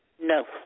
No